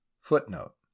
Footnote